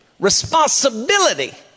responsibility